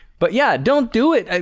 but yeah, don't do it. i